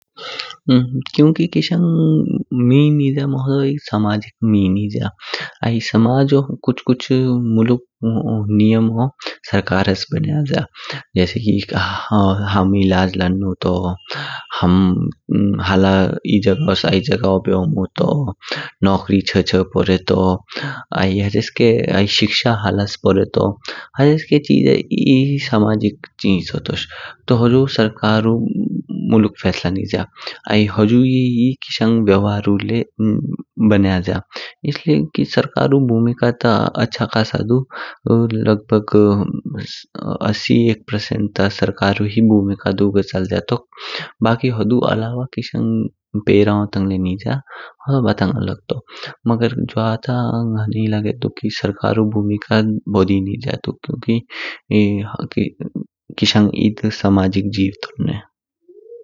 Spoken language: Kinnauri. क्योंकि किशंग में निज्या मम होदो एढ़ सामाजिक में निज्या, आई समाजो कुछ कुछ मुलुक नियमो सरकार्स बन्याज्या। जैसे की हम इलाज लन्नो तो, हम हला एई जगहो आइद जगह बेमो तो, नौकरी छः छः पोरेटो आई हेज़के। आई शिक्षा हलेस पोरेटो हेज़के चीजो एई सामाजिक चीजो तोश। तो होजो सरकारु मुकुल फैसला निज्या। आई हुज़ु ही किशंग व्यवहारु लाय बन्याजा। इसलिए की सरकारु भूमिका ता आछा खास दू लग भाग अस्सी एक परसेंट ता सरकारुही भूमिका दू, घः चलज्या तोक बाकी हुँडु अलावा किशंग पैराइन तांग ली निज्या होदो बातंग अलग तो मगर ज्वा ता अंग हने लागेदो दु की सरकारु भूमिका बड़ी निज्या क्योंकि किशंग एढ़ सामाजिक जीव टोनने।